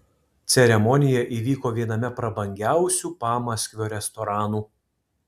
ceremonija įvyko viename prabangiausių pamaskvio restoranų